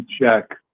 check